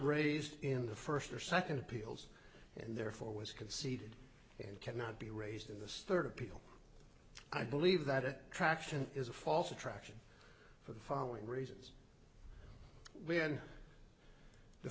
raised in the first or second appeals and therefore was conceded and cannot be raised in the spirit of people i believe that it traction is a false attraction for the following reasons when the